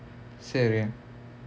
சரி:sari